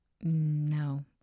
No